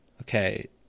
okay